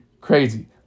crazy